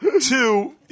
Two